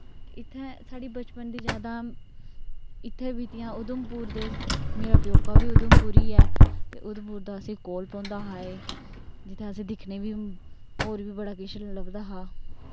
इत्थै साढ़ी बचपन दी जादां इत्थें बीतियां ऊधमपुर ते मेरा प्योका बी ऊधमपुर ई ऐ ते ऊधमपुर दा कोल पौंदा हा एह् जित्थें असें दिक्खने होर बी बड़ा किश लभदा हा